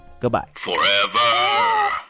Goodbye